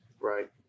Right